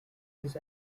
his